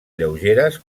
lleugeres